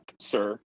sir